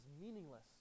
meaningless